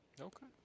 Okay